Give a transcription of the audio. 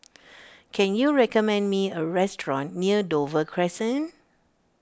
can you recommend me a restaurant near Dover Crescent